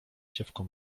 dziewką